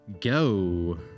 go